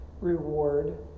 Reward